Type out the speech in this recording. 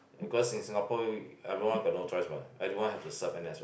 because in Singapore everyone got no choice mah everyone have to serve N_S what